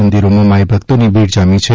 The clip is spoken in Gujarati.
મંદિરોમાં માઇભક્તોની ભીડ જામી છે